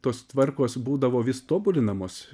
tos tvarkos būdavo vis tobulinamos